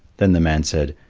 then the man said,